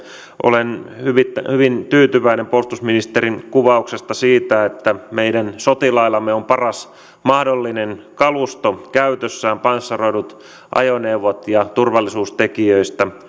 olen hyvin hyvin tyytyväinen puolustusministerin kuvauksesta siitä että meidän sotilaillamme on paras mahdollinen kalusto käytössään panssaroidut ajoneuvot ja turvallisuustekijöistä